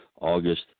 August